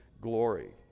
glory